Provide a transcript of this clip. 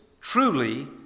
truly